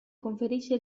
conferisce